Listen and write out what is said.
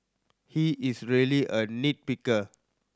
he is a really a nit picker